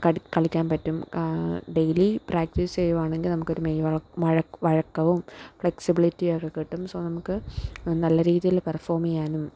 കടി കളിയ്ക്കാന് പറ്റും കാ ഡെയിലി പ്രാക്ടീസ് ചെയ്യുവാണെങ്കിൽ നമുക്ക് മെയ് മളക്കം വഴക്കം വഴക്കവും ഫ്ലെക്സിബിലിറ്റിയും ഒക്കെ കിട്ടും സൊ നമുക്ക് നല്ല രീതിയിൽ പെർഫോമ് ചെയ്യാനും